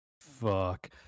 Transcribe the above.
Fuck